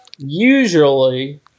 Usually